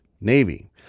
Navy